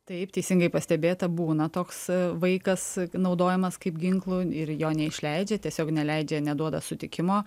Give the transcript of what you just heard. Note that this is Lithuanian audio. taip teisingai pastebėta būna toks vaikas naudojamas kaip ginklu ir jo neišleidžia tiesiog neleidžia neduoda sutikimo